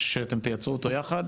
שאתם תייצרו אותו יחד.